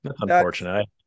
unfortunate